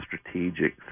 strategic